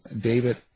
David